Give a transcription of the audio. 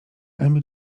emil